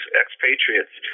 expatriates